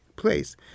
Place